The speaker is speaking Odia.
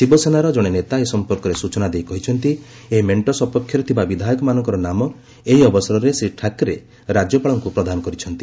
ଶିବସେନାର ଜଣେ ନେତା ଏ ସମ୍ପର୍କରେ ସ୍କଚନା ଦେଇ କହିଛନ୍ତି ଏହି ମେଣ୍ଟ ସପକ୍ଷରେ ଥିବା ବିଧାୟକମାନଙ୍କର ନାମ ଏହି ଅବସରରେ ଶ୍ରୀ ଠାକ୍ରେ ରାଜ୍ୟପାଳଙ୍କୁ ପ୍ରଦାନ କରିଛନ୍ତି